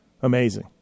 Amazing